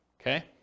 Okay